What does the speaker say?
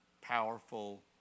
powerful